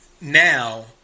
now